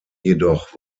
jedoch